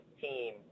team